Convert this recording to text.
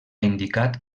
indicat